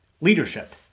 leadership